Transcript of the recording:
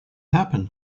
happen